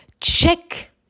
check